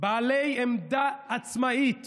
בעלי עמדה עצמאית